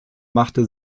machte